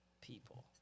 people